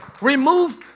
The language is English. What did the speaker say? Remove